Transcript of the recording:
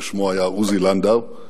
ושמו היה עוזי לנדאו,